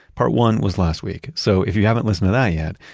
part one was last week. so, if you haven't listened to that yet,